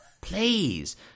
please